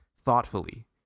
thoughtfully